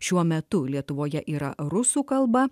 šiuo metu lietuvoje yra rusų kalba